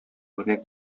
үрнәк